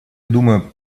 думаю